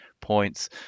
points